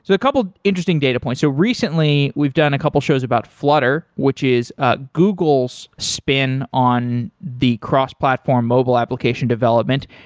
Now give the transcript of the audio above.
so a couple interesting data points, so recently we've done a couple shows about flutter, which is ah google's spin on the cross-platform mobile application development,